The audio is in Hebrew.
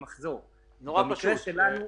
אני רוצה להבין מבחינת האוצר איך אמר חברנו כאן?